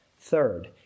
Third